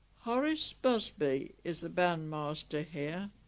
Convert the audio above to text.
horace busby is the band master here